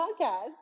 podcast